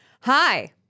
Hi